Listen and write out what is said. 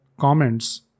comments